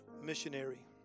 missionary